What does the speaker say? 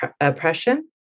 oppression